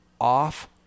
off